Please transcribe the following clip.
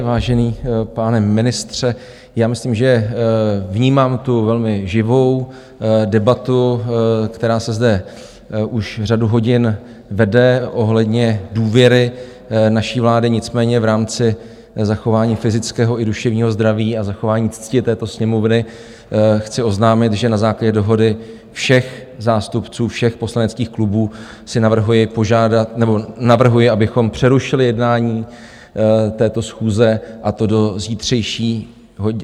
Vážený pane ministře, já myslím, že vnímám tu velmi živou debatu, která se zde už řadu hodin vede ohledně důvěry naší vlády, nicméně v rámci zachování fyzického i duševního zdraví a zachování cti této Sněmovny chci oznámit, že na základě dohody všech zástupců všech poslaneckých klubů navrhuji, abychom přerušili jednání této schůze, a to do zítřejší deváté hodiny ranní.